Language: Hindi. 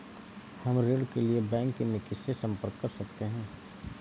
हम ऋण के लिए बैंक में किससे संपर्क कर सकते हैं?